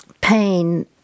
pain